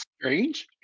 strange